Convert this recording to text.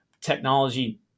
technology